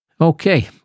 Okay